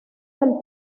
del